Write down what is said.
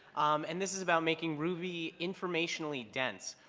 and this is about making ruby informationally dense.